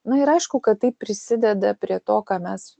na ir aišku kad tai prisideda prie to ką mes